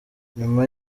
nyuma